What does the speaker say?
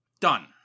Done